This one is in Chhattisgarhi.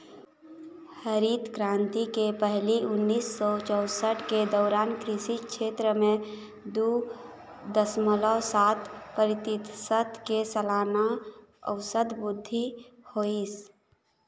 हरित करांति के पहिली उन्नीस सौ चउसठ के दउरान कृषि छेत्र म दू दसमलव सात परतिसत के सलाना अउसत बृद्धि होइस